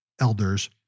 elders